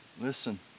Listen